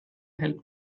help